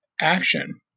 action